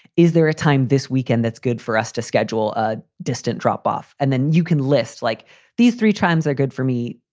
is there a time this weekend that's good for us to schedule a distant drop off and then you can list like these three times are good for me.